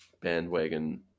bandwagon